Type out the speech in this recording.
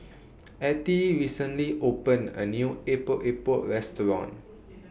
Attie recently opened A New Epok Epok Restaurant